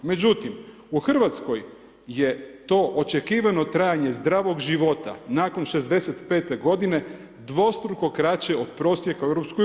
Međutim, u Hrvatskoj je to očekivano trajanje zdravog života nakon 65 g. dvostruko kraće od prosjeka u EU.